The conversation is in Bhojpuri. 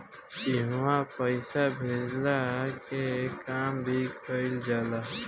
इहवा पईसा भेजला के काम भी कइल जाला